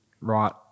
right